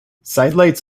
sidelights